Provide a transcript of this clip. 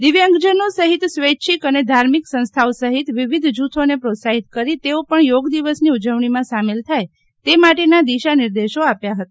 દિવ્યાંગજનો સહિત સ્વૈચ્છિક અને ધાર્મિક સંસ્થાઓ સહિત વિવિધ જૂથોને પ્રોત્સાહિત કરી તેઓ પણ યોગ દિવસની ઉજવણીમાં સામેલ થાય તે માટેના દિશાનિર્દેશો આપ્યા હતા